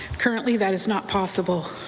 currently that is not possible.